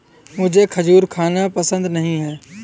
मुझें खजूर खाना पसंद नहीं है